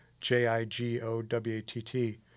J-I-G-O-W-A-T-T